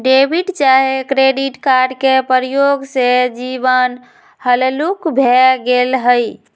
debit चाहे credit card के प्रयोग से जीवन हल्लुक भें गेल हइ